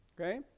Okay